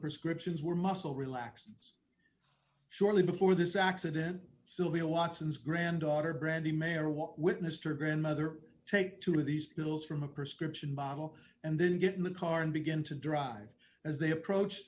prescriptions were muscle relaxants shortly before this accident sylvia watson's granddaughter brandy mayer what witnessed her grandmother take two of these pills from a prescription bottle and then get in the car and begin to drive as they approach